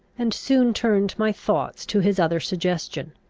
and soon turned my thoughts to his other suggestion,